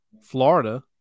Florida